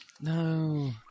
No